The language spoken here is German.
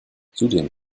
zudem